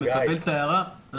אני מקבל את ההערה.